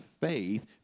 faith